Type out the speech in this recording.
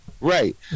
Right